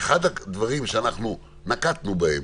אחד הדברים שאנחנו נקטנו בהם